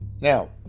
now